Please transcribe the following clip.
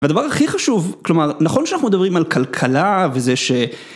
והדבר הכי חשוב, כלומר נכון שאנחנו מדברים על כלכלה וזה ש...